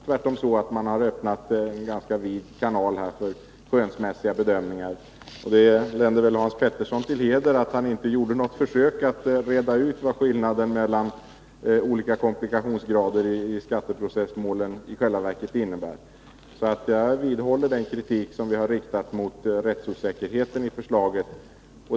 Tvärtom har man öppnat en ganska vid kanal för skönsmässiga bedömningar. Det länder Hans Pettersson till heder att han inte försökte reda ut vad skillnaden mellan olika komplikationsgrader i skattemålen i själva verket innebär. Jag vidhåller den kritik som vi har riktat mot rättsosäkerheten i förslaget.